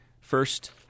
first